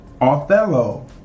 Othello